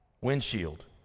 windshield